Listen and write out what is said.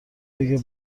بگه